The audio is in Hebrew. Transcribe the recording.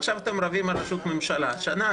עכשיו אתם רבים על ראשות ממשלה שנה,